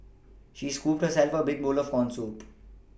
she scooped herself a big bowl of corn soup